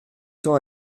temps